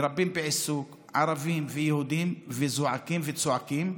מרפאים בעיסוק, ערבים ויהודים, וזועקים וצועקים,